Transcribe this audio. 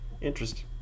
Interesting